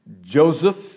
Joseph